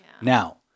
Now